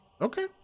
Okay